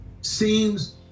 Seems